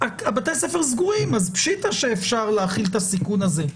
בתי הספר סגורים אז פשיטא שאפשר להכיל את הסיכון הזה.